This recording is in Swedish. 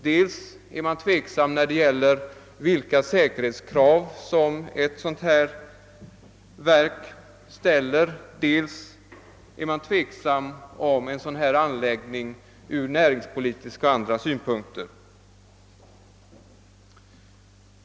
Man är dels tveksam om vilka säkerhetskrav som ett sådant verk ställer, dels råder tveksamhet från näringspolitiska och andra synpunkter.